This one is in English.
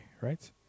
right